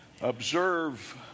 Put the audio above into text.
observe